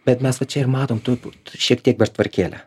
bet mes va čia ir matom turbūt šiek tiek pertvarkėję